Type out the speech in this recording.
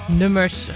nummers